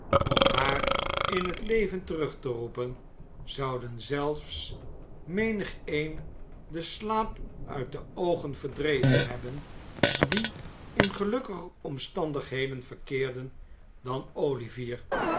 om haar in het leven terug te roepen zouden zelfs menigeen den slaap uit de oogen verdreven hebben die in gelukkiger omstandigheden verkeerde dan olivier